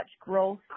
growth